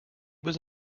was